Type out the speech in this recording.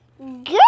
Good